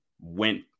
went –